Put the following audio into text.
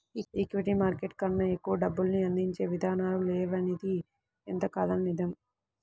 equity market కన్నా ఎక్కువ డబ్బుల్ని అందించే ఇదానాలు లేవనిది ఎంతకాదన్నా నిజం